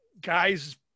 Guy's